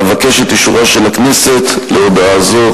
אבקש את אישורה של הכנסת להודעה זו.